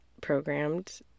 programmed